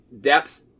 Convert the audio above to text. depth